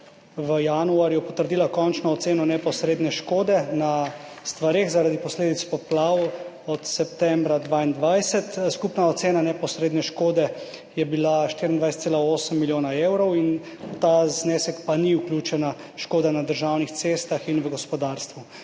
v januarju potrdila končno oceno neposredne škode na stvareh zaradi posledic poplav od septembra 2022. Skupna ocena neposredne škode je bila 24,8 milijona evrov, v ta znesek pa ni vključena škoda na državnih cestah in v gospodarstvu.